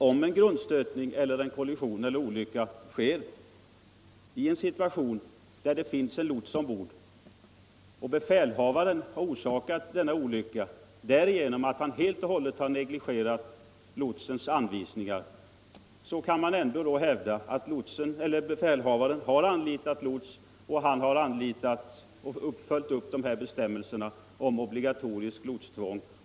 Om en grundstötning, kollision eller annan olycka sker, när det finns lots ombord, och befälhavaren har orsakat olyckan därigenom att han helt och hållet har negligerat lotsens anvisningar, kan man då ändå hävda att befälhavaren har följt bestämmelserna om obligatorisk lotsplikt?